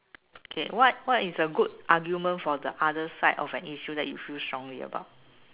okay what what is a good argument for the other side of an issue that you feel strongly about